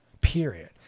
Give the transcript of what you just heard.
period